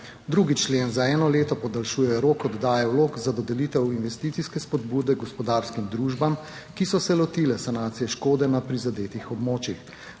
2. člen za eno leto podaljšuje rok oddaje vlog za dodelitev investicijske spodbude gospodarskim družbam, ki so se lotile sanacije škode na prizadetih območjih.